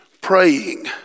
praying